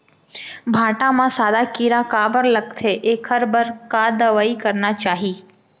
भांटा म सादा कीरा काबर लगथे एखर बर का दवई करना चाही?